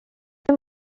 him